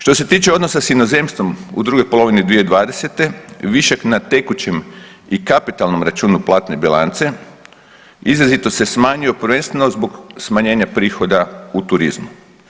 Što se tiče odnosa s inozemstvom u drugoj polovini 2020. višak na tekućem i kapitalnom računu platne bilance izrazito se smanjio, prvenstveno zbog smanjenja prihoda u turizmu.